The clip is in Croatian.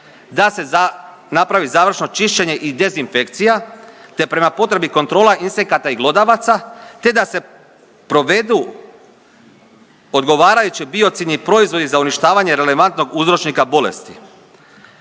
da se napravi završno čišćenje i dezinfekcija, te prema potrebi kontrola insekata i glodavaca, te da se provedu odgovarajući biocidni proizvodi za uništavanje relevantnog uzročnika bolesti.